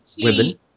women